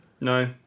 no